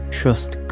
trust